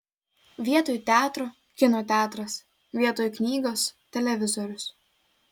vietoj teatro kino teatras vietoj knygos televizorius